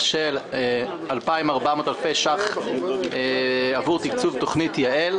של 2,400 אלפי ש"ח עבור תקצוב תוכנית יע"ל,